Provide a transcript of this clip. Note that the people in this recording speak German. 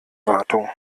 wartung